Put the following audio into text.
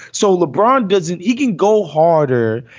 so lebron doesn't even go harder.